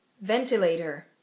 Ventilator